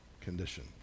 condition